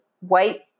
white